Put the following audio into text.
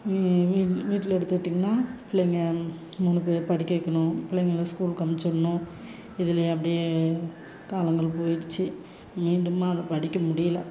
வீட்டில் எடுத்துக்கிட்டிங்கன்னா பிள்ளைங்க மூணு பேர் படிக்க வைக்கணும் பிள்ளைங்கள ஸ்கூலுக்கு அமுச்சுவிடணும் இதுலேயே அப்படியே காலங்கள் போய்டுச்சி மீண்டும் அதை படிக்க முடியல